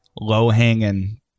low-hanging